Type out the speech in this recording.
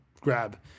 grab